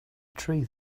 tree